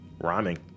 Rhyming